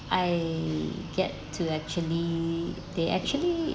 I get to actually they actually